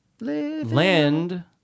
Land